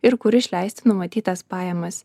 ir kur išleisti numatytas pajamas